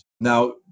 Now